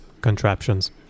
Contraptions